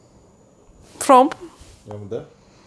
from the